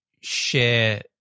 share